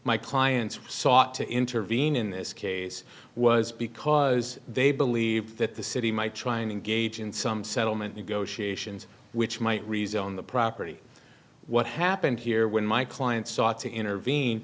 my clients sought to intervene in this case was because they believed that the city might try and engage in some settlement negotiations which might rezone the property what happened here when my client sought to